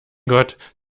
gott